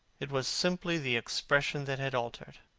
it was simply the expression that had altered.